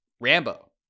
Rambo